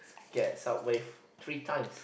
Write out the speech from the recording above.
get Subway three times